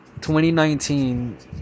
2019